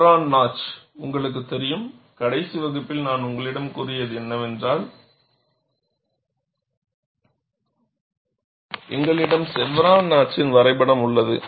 chevron notch உங்களுக்குத் தெரியும் கடைசி வகுப்பில் நான் உங்களிடம் கூறியது என்னவென்றால் எங்களிடம் செவ்ரான் நாட்ச்சின் வரைபடம் உள்ளது